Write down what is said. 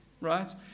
Right